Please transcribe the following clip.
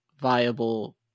viable